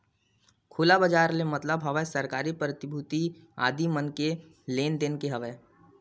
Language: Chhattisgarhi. खुला बजार ले मतलब हवय सरकारी प्रतिभूतिया आदि मन के लेन देन ले हवय